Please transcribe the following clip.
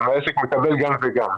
העסק מקבל גם וגם.